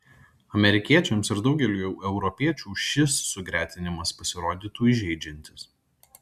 amerikiečiams ir daugeliui europiečių šis sugretinimas pasirodytų įžeidžiantis